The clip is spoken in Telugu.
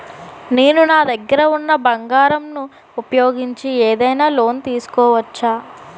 నేను నా దగ్గర ఉన్న బంగారం ను ఉపయోగించి ఏదైనా లోన్ తీసుకోవచ్చా?